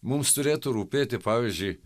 mums turėtų rūpėti pavyzdžiui